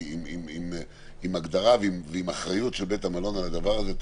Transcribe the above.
עם הגדרה ועם אחריות של בית המלון על הדבר הזה.